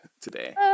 today